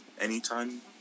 anytime